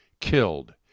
killed